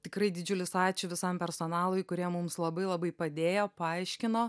tikrai didžiulis ačiū visam personalui kurie mums labai labai padėjo paaiškino